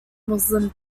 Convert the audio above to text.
muslim